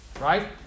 right